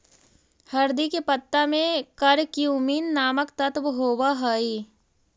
हरदी के पत्ता में करक्यूमिन नामक तत्व होब हई